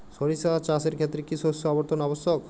সরিষা চাষের ক্ষেত্রে কি শস্য আবর্তন আবশ্যক?